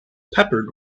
peppered